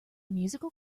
musical